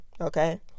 okay